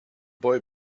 boy